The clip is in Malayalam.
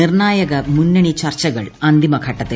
നിർണ്ണായക മുന്നണി ചർച്ചകൾ ് അന്തിമ ഘട്ടത്തിൽ